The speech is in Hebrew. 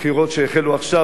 בבחירות שהחלו עכשיו,